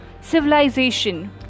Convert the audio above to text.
civilization